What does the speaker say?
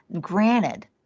granted